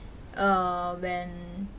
uh when